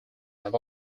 have